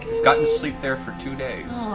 gotten to sleep there for two days.